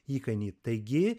įkainį taigi